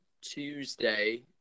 Tuesday